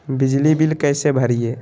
बिजली बिल कैसे भरिए?